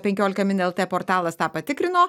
penkiolika min lt portalas tą patikrino